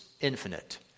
infinite